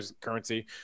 currency